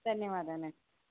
ధన్యవాదాలండీ